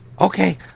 okay